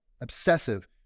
obsessive